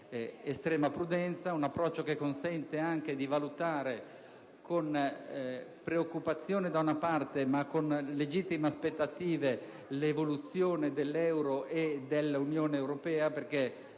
estrema prudenza, che consente anche di valutare con preoccupazione, da una parte, ma con legittime aspettative, dall'altra, l'evoluzione dell'euro e dell'Unione europea, perché